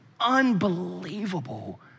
Unbelievable